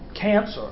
Cancer